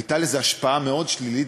הייתה לזה השפעה מאוד שלילית,